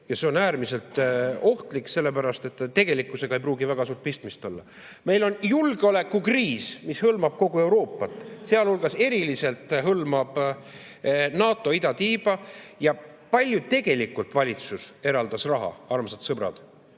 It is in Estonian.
See on äärmiselt ohtlik, sellepärast et tegelikkusega ei pruugi sellel väga suurt pistmist olla. Meil on julgeolekukriis, mis hõlmab kogu Euroopat, sealhulgas eriliselt NATO idatiiba. Kui palju tegelikult valitsus eraldas raha, armsad sõbrad?